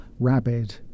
rabid